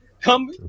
Come